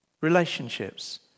Relationships